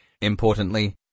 Importantly